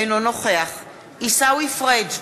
אינו נוכח עיסאווי פריג'